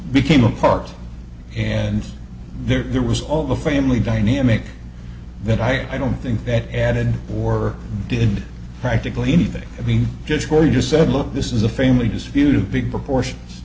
became a part and there was all the family dynamic that i don't think that added or did practically anything i mean just for you just said look this is a family dispute big proportions